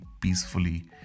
peacefully